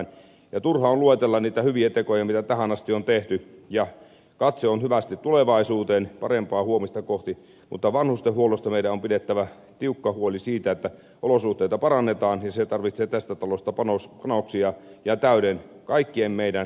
turha on luetella niitä hyviä tekoja mitä tähän asti on tehty ja katse on hyvästi tulevaisuuteen parempaa huomista kohti mutta vanhustenhuollossa meidän on pidettävä tiukka huoli siitä että olosuhteita parannetaan ja siihen tarvitaan tästä talosta panoksia ja kaikkien meidän täysi tuki